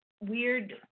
weird